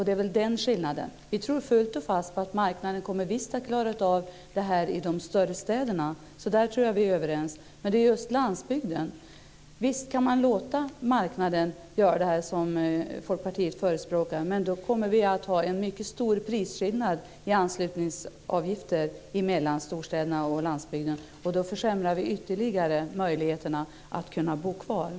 Det är väl där skillnaden ligger. Vi tror fullt och fast på att marknaden kommer att klara av detta i de större städerna. Där tror jag att vi är överens. Men här gäller det landsbygden. Visst kan man låta marknaden göra detta, som Folkpartiet förespråkar, men då kommer vi att ha en mycket stor prisskillnad mellan storstäderna och landsbygden när det gäller anslutningsavgifterna. Då försämrar vi ytterligare möjligheterna att bo kvar på landsbygden.